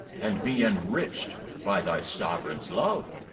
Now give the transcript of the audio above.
and be enriched by thy sovereign's love.